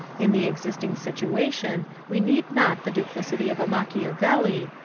in the existing situation we need not the duplicity of a machiavelli,